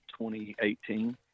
2018